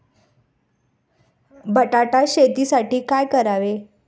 बटाटा शेतीसाठी काय करावे?